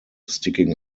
sticking